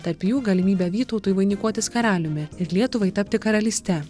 tarp jų galimybė vytautui vainikuotis karaliumi ir lietuvai tapti karalyste